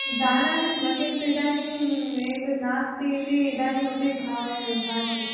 जानामि स्म किन्तु इदानीम् एतद् नास्तीति इदानीमपि भाय भाति